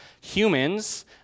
Humans